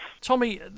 Tommy